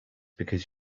because